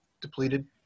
depleted